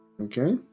Okay